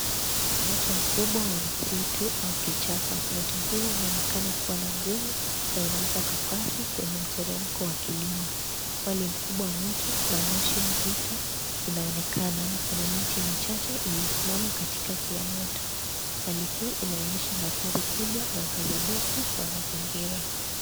Moto mkubwa wa msitu au kichaka. Moto huu unaonekana kuwa na nguvu na unawaka kwa kasi kwenye mteremko wa kilima. Miale na moshi mzito inaonekana. Kuna miti michache iliyosimama katikati ya moto. Hali hii inaonyesha hatari kubwa na uharibifu wa mazingira.